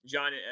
John